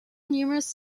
numerous